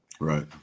Right